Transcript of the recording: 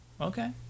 okay